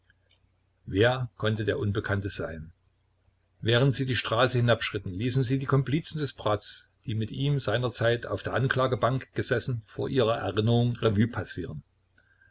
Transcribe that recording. wer konnte der unbekannte sein während sie die straße hinabschritten ließen sie die komplizen des bratz die mit ihm seinerzeit auf der anklagebank gesessen vor ihrer erinnerung revue passieren